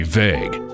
vague